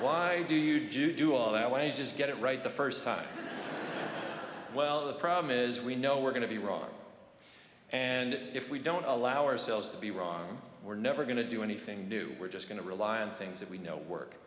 why do you do you do all that way just get it right the first time well the problem is we know we're going to be wrong and if we don't allow ourselves to be wrong we're never going to do anything new we're just going to rely on things that we know work